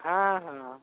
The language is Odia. ହଁ ହଁ